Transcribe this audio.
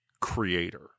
creator